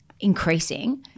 increasing